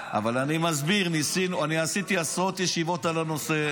אבל אני מסביר, אני עשיתי עשרות ישיבות על הנושא.